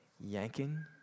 yanking